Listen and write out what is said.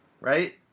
right